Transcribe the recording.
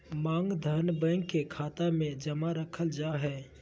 मांग धन, बैंक के खाता मे जमा रखल जा हय